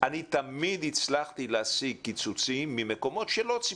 אני תמיד הצלחתי להשיג קיצוצים ממקומות שלא ציפו.